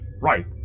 Right